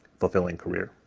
fulfilling career.